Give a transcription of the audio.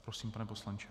Prosím, pane poslanče.